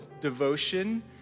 devotion